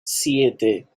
siete